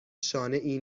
شانهای